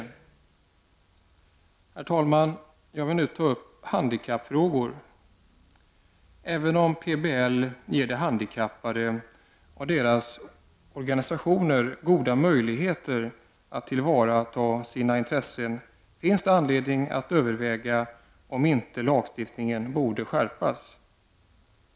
Herr talman! Jag skall nu ta upp handikappfrågor. Även om PBL ger de handikappade och deras organisationer goda möjligheter att tillvarata sina intressen finns det anledning att överväga om inte lagstiftningen borde skärpas.